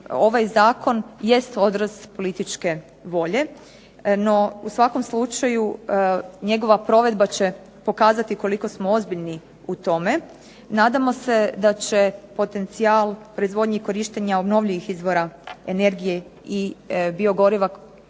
ovaj zakon jest odraz političke volje, no u svakom slučaju njegova provedba će pokazati koliko smo ozbiljni u tome. Nadamo se da će potencijal proizvodnje i korištenje obnovljivih izvora energije i biogoriva